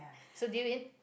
so did you win